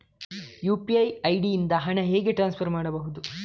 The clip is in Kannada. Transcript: ಯು.ಪಿ.ಐ ಐ.ಡಿ ಇಂದ ಹಣ ಹೇಗೆ ಟ್ರಾನ್ಸ್ಫರ್ ಮಾಡುದು?